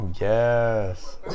Yes